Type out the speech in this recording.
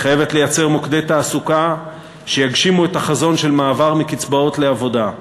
היא חייבת לייצר מוקדי תעסוקה שיגשימו את החזון של מעבר מקצבאות לעבודה,